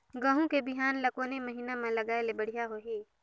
गहूं के बिहान ल कोने महीना म लगाय ले बढ़िया होही?